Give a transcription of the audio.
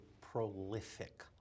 prolific